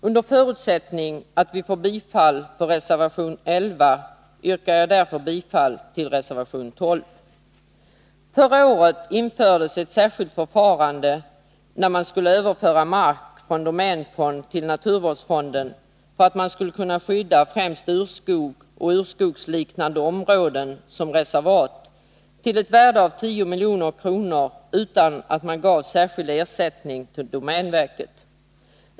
Under förutsättning att vi får bifall till vår reservation 11 yrkar jag därför bifall till reservation 12. Förra året infördes ett särskilt förfarande för överföring av mark från domänfonden till naturvårdsfonden för att man skall kunna skydda främst urskogar och urskogsliknande områden som reservat, detta till ett värde av 10 milj.kr. och utan att man gav någon särskild ersättning till domänverket.